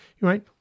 Right